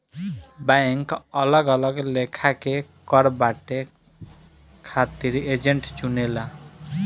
bank अलग अलग लेखा के कर बांटे खातिर एजेंट चुनेला